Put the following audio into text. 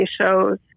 shows